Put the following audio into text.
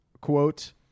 quote